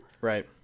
Right